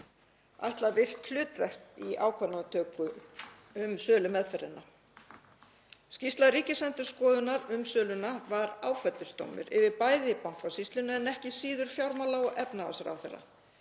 virkt hlutverk í ákvarðanatöku um sölumeðferðina. Skýrsla Ríkisendurskoðunar um söluna var áfellisdómur yfir bæði Bankasýslunni en ekki síður fjármála- og efnahagsráðherra,